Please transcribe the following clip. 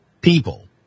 people